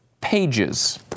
pages